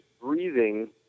breathing